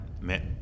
met